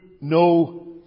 no